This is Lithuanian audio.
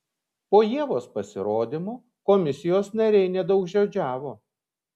po ievos pasirodymo komisijos nariai nedaugžodžiavo